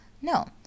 no